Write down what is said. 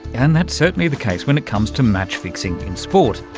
and that's certainly the case when it comes to match fixing in sport.